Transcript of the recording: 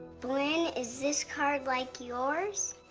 blynn, is this card like yours?